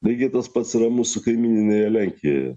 lygiai tas pats yra mūsų kaimyninėje lenkijoje